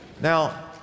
Now